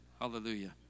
Hallelujah